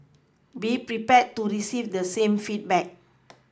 be prepared to receive the same feedback